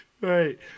Right